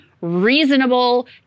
reasonable